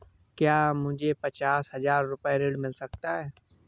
क्या मुझे पचास हजार रूपए ऋण मिल सकता है?